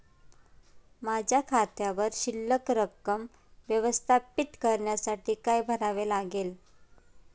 माझ्या खात्यावर शिल्लक रक्कम व्यवस्थापित करण्यासाठी काय करावे लागेल?